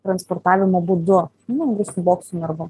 transportavimo būdu nu visu boksu narvu